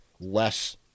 less